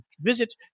visit